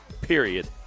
Period